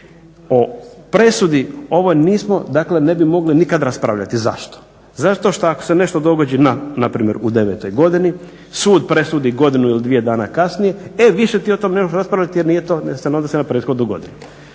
o presudi ovoj nismo, dakle ne bi mogli nikad raspravljati, zašto? Zato što ako se nešto dogodi npr. u 2009. godini sud presudi godinu ili dvije dana kasnije, e više ti o tome ne možeš raspravljati jer nije to, se ne odnosi na prethodnu godinu.